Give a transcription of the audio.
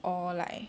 or like